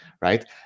right